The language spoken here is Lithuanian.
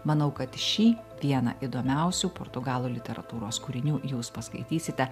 manau kad šį vieną įdomiausių portugalų literatūros kūrinių jūs paskaitysite